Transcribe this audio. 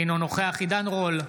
אינו נוכח עידן רול,